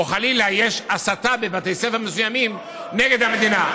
או חלילה על הסתה בבתי ספר מסוימים נגד המדינה.